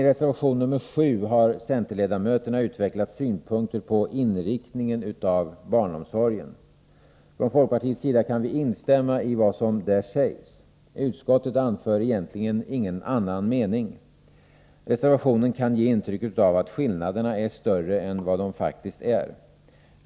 I reservation nr 7 har centerledamöterna utvecklat synpunkter på inriktningen av barnomsorgen. Från folkpartiets sida kan vi instämma i vad som där sägs. Utskottet anför egentligen ingen annan mening. Reservationen kan ge intryck av att skillnaderna är större än vad de faktiskt är.